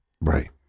Right